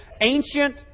ancient